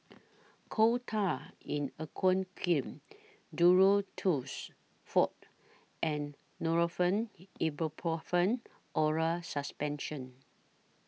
Coal Tar in Aqueous Cream Duro Tuss Forte and Nurofen Ibuprofen Oral Suspension